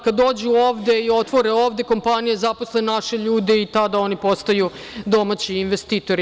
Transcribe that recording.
Kada dođu ovde i otvore ovde kompanije, zaposle naše ljude i tada oni postaju domaći investitori.